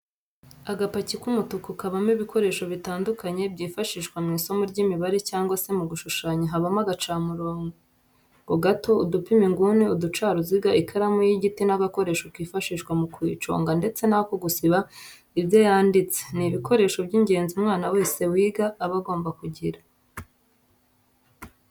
Agapaki k'umutuku kabamo ibikoresho bitandukanye byifashishwa mw'isomo ry'imibare cyangwa se mu gushushanya habamo agacamurobo gato, udupima inguni, uducaruziga ,ikaramu y'igiti n'agakoresho kifashishwa mu kuyiconga ndetse n'ako gusiba ibyo yanditse, ni ibikoresho by'ingenzi umwana wese wiga aba agomba kugira.